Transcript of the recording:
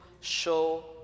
show